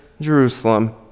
Jerusalem